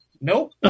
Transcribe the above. Nope